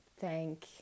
thank